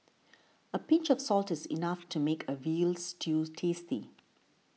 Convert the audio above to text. a pinch of salt is enough to make a Veal Stew tasty